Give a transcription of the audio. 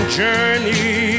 journey